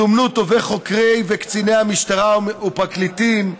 זומנו טובי חוקרי וקציני המשטרה ופרקליטים,